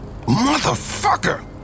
Motherfucker